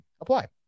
apply